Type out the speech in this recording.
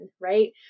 right